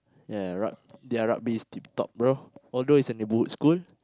ya ya rug~ their rugby is the top bro although it's a neighborhood school